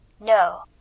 No